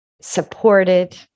supported